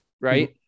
right